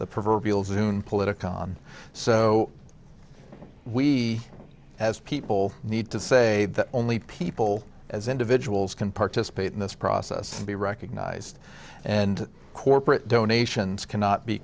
the proverbial zoon political so we as people need to say that only people as individuals can participate in this process to be recognized and corporate donations cannot be